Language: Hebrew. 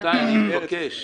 רבותיי, אני מבקש.